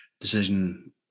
decision